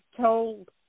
told